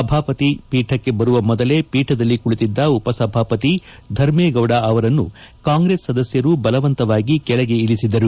ಸಭಾಪತಿ ಪೀಠಕ್ಕೆ ಬರುವ ಮೊದಲೇ ಪೀಠದಲ್ಲಿ ಕುಳಿತಿದ್ದ ಉಪಸಭಾಪತಿ ಧರ್ಮೇಗೌಡ ಅವರನ್ನು ಕಾಂಗ್ರೆಸ್ ಸದಸ್ಯರು ಬಲವಂತವಾಗಿ ಕೆಳಗೆ ಇಳಿಸಿದರು